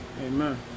Amen